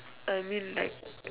I mean like